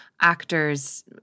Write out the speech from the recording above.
actors